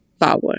power